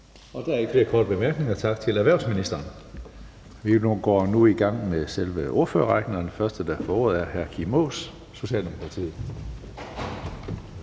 Der er ikke flere korte bemærkninger. Tak til erhvervsministeren. Vi går nu i gang med selve ordførerrækken, og den første ordfører, der får ordet, er hr. Kim Aas, Socialdemokratiet.